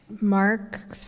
Mark